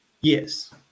yes